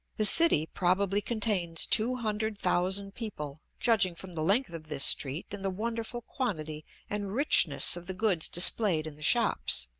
the city probably contains two hundred thousand people, judging from the length of this street and the wonderful quantity and richness of the goods displayed in the shops.